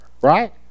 right